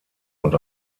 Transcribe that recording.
und